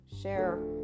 share